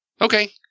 Okay